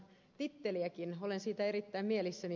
olen siitä erittäin mielissäni